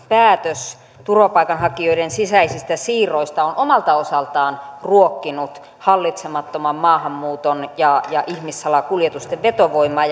päätös turvapaikanhakijoiden sisäisistä siirroista on omalta osaltaan ruokkinut hallitsemattoman maahanmuuton ja ja ihmissalakuljetusten vetovoimaa